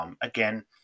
again